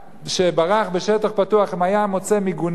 שברח בשטח פתוח היה מוצא מיגונית,